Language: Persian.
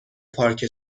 پارک